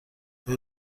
آیا